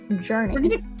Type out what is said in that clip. Journey